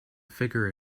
figure